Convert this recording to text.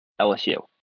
LSU